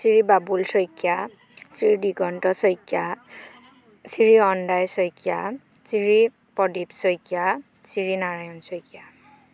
Shri Babul Saikia Shri Diganta Saikia Shri Saikia Shri Pradip Saikia Shri Narayan Saikia